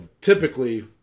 typically